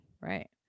Right